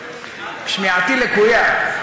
שמיעתי לקויה,